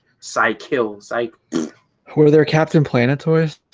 sigh kills i were there captain planet toys